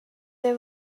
they